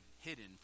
hidden